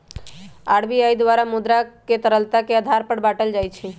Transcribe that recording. RBI द्वारा मुद्रा के तरलता के आधार पर बाटल जाइ छै